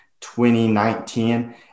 2019